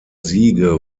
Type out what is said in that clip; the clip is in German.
siege